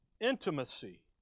intimacy